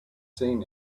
seen